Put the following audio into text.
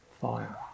fire